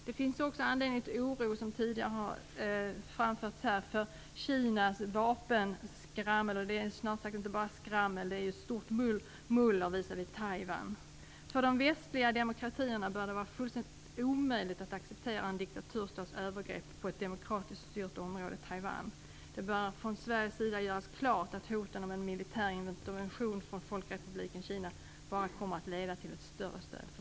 Det finns också, vilket tidigare talare har framfört, anledning till oro för Kinas vapenskrammel, och det är inte bara skrammel utan ett stort muller visavi Taiwan. För de västliga demokratierna bör det vara fullständigt omöjligt att acceptera en diktaturstats övergrepp på ett demokratiskt styrt område, i detta fall Taiwan. Det bör från Sveriges sida göras klart att hoten om en militär intervention från folkrepubliken Kina bara kommer att leda till ett större stöd för